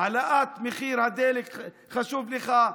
העלאת מחיר הדלק חשובה לך,